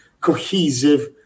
cohesive